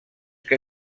que